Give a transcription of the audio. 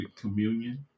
Communion